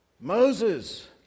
Moses